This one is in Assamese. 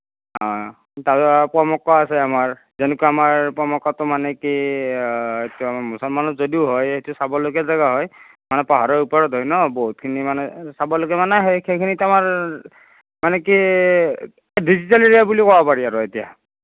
তাৰ পিছত আৰু পোৱামক্কা আছে আমাৰ তেনেকুৱা আমাৰ পোৱামক্কাটো মানে কি এইটো মুছলমানৰ যদিও হয় সেইটো চাবলগীয়া জেগা হয় মানে পাহাৰৰ ওপৰত হয় ন বহুতখিনি মানে চাবলৈকে মানে সেইখিনিতে আমাৰ মানে কি ডিজিটেল ইণ্ডিয়া বুলি ক'ব পাৰি আৰু এতিয়া